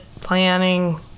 planning